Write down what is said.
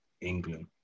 England